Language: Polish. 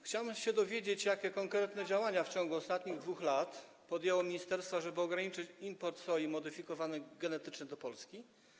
Chciałbym się dowiedzieć, jakie konkretne działania w ciągu ostatnich 2 lat podjęło ministerstwo, ażeby ograniczyć import soi modyfikowanej genetycznie do Polski.